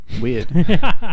Weird